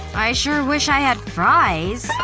i sure wish i had fries.